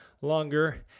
longer